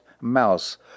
mouse